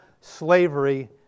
slavery